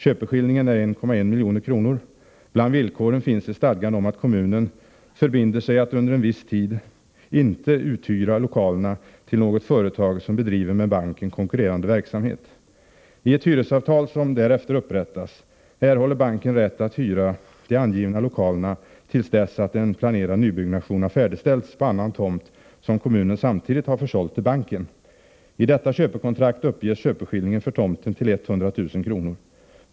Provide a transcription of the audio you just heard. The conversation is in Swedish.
Köpeskillingen är 1,1 milj.kr. Bland villkoren finns ett stadgande om att kommunen utfäster sig att under en viss tid inte uthyra lokalerna till något företag som bedriver med banken konkurrerande verksamhet. I ett hyresavtal, som därefter upprättas, erhåller banken rätt att hyra de angivna lokalerna till dess att en planerad nybyggnation har färdigställts på annan tomt som kommunen samtidigt har försålt till banken. I detta köpekontrakt uppges köpeskillingen för tomten till 100 000 kr.